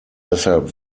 deshalb